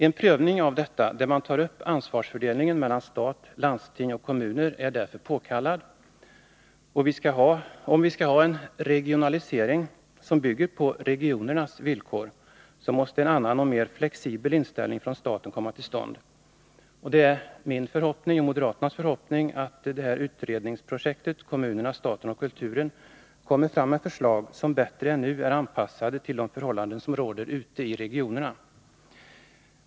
En prövning av detta, där man tar upp ansvarsfördelningen mellan stat, landsting och kommuner, är därför påkallad. Om vi skall ha en regionalisering, som bygger på regionernas villkor, måste en annan och mer flexibel inställning från staten komma till stånd. Det är min förhoppning, moderaternas förhopp ning, att utredningsprojektet Kommunerna, staten och kulturen kommer fram med förslag, som bättre än nu är anpassade till de förhållanden som råder ute i regionerna.